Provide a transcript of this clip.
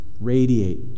radiate